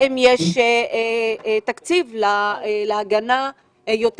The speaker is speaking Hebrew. האם יש תקציב להגנה כזאת?